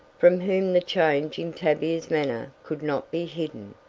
from whom the change in tavia's manner could not be hidden.